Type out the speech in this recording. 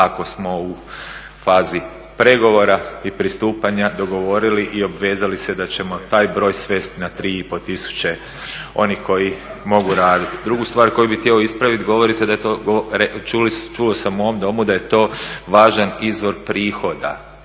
ako smo u fazi pregovora i pristupanja dogovorili i obvezali se da ćemo taj broj svesti na 3,5 tisuće onih koji mogu raditi. Drugu stvar koju bi htio ispraviti, čuo sam u ovom Domu da je to važan izvor prihoda